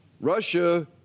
Russia